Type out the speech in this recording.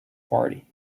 party